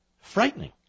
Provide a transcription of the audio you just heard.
Frightening